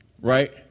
right